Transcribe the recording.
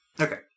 Okay